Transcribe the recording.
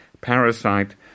Parasite